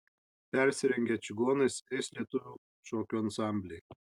persirengę čigonais eis lietuvių šokių ansambliai